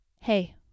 Hey